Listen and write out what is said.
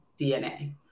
DNA